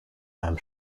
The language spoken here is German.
beim